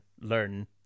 learn